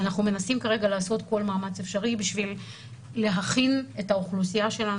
אנחנו מנסים כרגע לעשות כל מאמץ אפשרי כדי להכין את האוכלוסייה שלנו